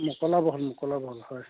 মকলা বহল মকলা বহল হয়